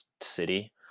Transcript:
city